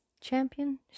champion